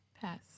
Pass